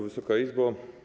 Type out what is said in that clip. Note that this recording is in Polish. Wysoka Izbo!